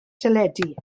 teledu